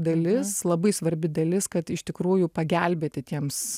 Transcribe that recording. dalis labai svarbi dalis kad iš tikrųjų pagelbėti tiems